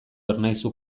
ernaizu